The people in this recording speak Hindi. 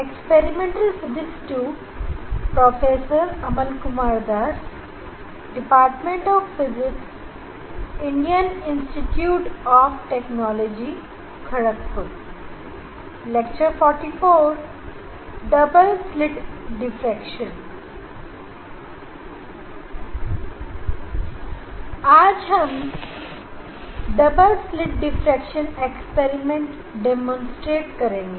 आज हम डबल स्लिट डिफ्रेक्शन प्रयोग का प्रदर्शन करेंगे